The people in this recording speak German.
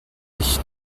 ich